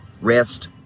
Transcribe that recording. rest